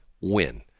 win